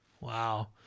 Wow